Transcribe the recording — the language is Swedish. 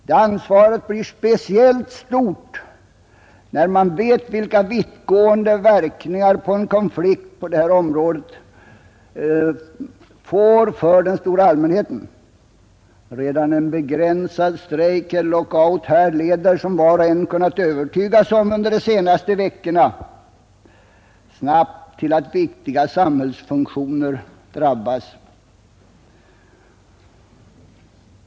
Det ansvaret blir speciellt stort när man vet vilka vittgående verkningar en konflikt på detta område får för den stora allmänheten. Redan en begränsad strejk eller lockout leder, som var och en kunnat övertyga sig om under de senaste veckorna, snabbt till att viktiga samhällsfunktioner drabbas.